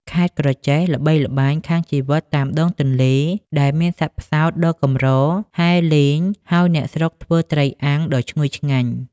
ខេត្តក្រចេះល្បីល្បាញខាងជីវិតតាមដងទន្លេ ដែលមានសត្វផ្សោតដ៏កម្រហែលលេង ហើយអ្នកស្រុកធ្វើត្រីអាំងដ៏ឈ្ងុយឆ្ងាញ់។